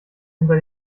hinter